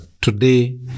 today